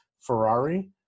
Ferrari